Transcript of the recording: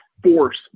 force